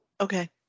okay